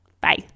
Bye